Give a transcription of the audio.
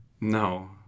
No